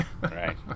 Right